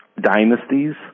dynasties